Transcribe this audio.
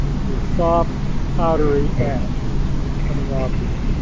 it'll be a soft powdery ash coming off that,